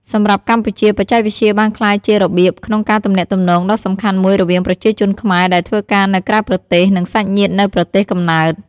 សម្រាប់កម្ពុជា បច្ចេកវិទ្យាបានក្លាយជារបៀបក្នុងការទំនាក់ទំនងដ៏សំខាន់មួយរវាងប្រជាជនខ្មែរដែលធ្វើការនៅក្រៅប្រទេស និងសាច់ញាតិនៅប្រទេសកំណើត។